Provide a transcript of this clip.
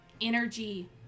energy